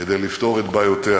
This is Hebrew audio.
כדי לפתור את בעיותיה,